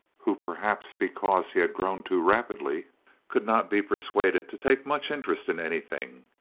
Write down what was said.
who perhaps because he had grown too rapidly could not be persuaded to take much interest in anything.